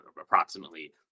approximately